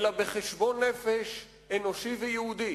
אלא בחשבון-נפש אנושי ויהודי,